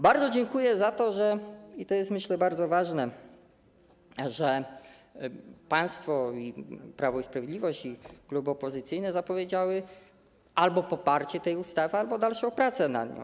Bardzo dziękuję za to, że - i to jest, myślę, bardzo ważne - i Prawo i Sprawiedliwość, i kluby opozycyjne zapowiedziały albo poparcie tej ustawy, albo dalszą pracę nad nią.